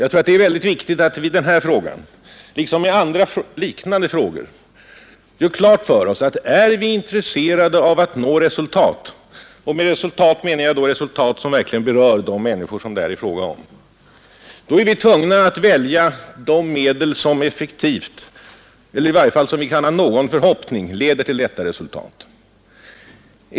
Jag tror att det är mycket viktigt att vi i denna fråga, liksom i andra liknande frågor, gör klart för oss att vi om vi är intresserade av att nå resultat — och då menar jag resultat som verkligen berör de människor det är fråga om — är tvungna att välja medel, om vilka vi i varje fall kan ha någon förhoppning att de leder till resultat.